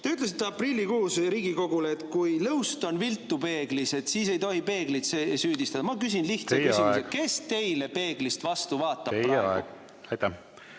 Te ütlesite aprillikuus Riigikogule, et kui lõust on viltu peeglis, siis ei tohi peeglit süüdistada. Ma küsin lihtsa küsimuse … Teie aeg! … kes teile peeglist vastu vaatab praegu?